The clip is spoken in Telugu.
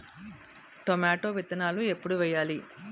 టొమాటో విత్తనాలు ఎప్పుడు వెయ్యాలి?